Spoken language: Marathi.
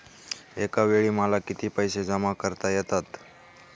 एकावेळी मला किती पैसे जमा करता येतात?